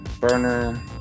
burner